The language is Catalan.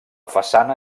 façana